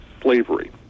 slavery